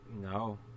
No